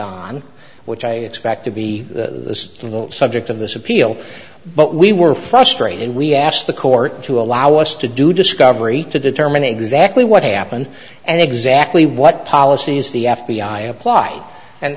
on which i expect to be the to the subject of this appeal but we were frustrated we asked the court to allow us to do discovery to determine exactly what happened and exactly what policies the f b i apply and